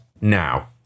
now